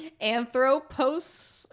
anthropos